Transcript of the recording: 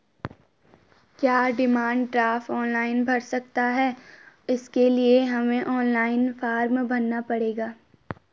क्या demand draft online बन सकता है इसके लिए हमें ऑनलाइन फॉर्म भरना पड़ेगा?